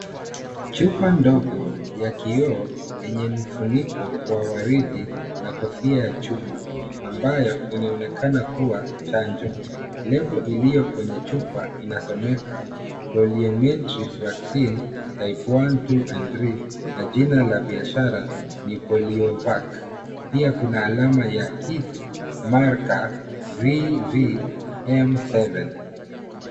Chupa ndogo ya kioo yenye mfuniko wa waridi na kofia ya chuma ambayo inaonekana kuwa chanjo. Lebo iliyo kwenye chupa inasomeka poliomyeletis vaccine type 1, 2 and 3 na jina la biashara ni Poliomac . Pia kuna alama ya VVM7.